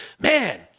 man